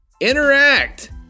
Interact